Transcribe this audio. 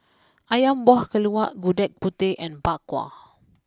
Ayam Buah Keluak Gudeg Putih and Bak Kwa